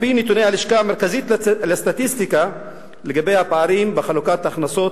על-פי נתוני הלשכה המרכזית לסטטיסטיקה לגבי הפערים בחלוקת ההכנסות,